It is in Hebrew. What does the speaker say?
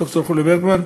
ד"ר חוליו בורמן.